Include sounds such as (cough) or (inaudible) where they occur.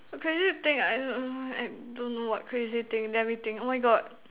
crazy thing I (noise) I don't know what crazy thing let me think oh my God